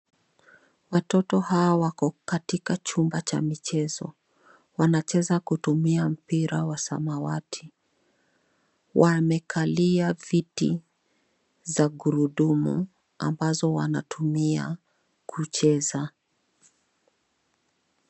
Watoto hawa wako katika chumba cha michezo. Wanacheza kutumia mpira wa samawati. Wamekalia viti za magurudumu ambazo wanatumia kucheza.